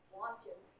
watching